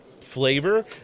flavor